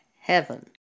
heaven